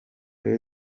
rayon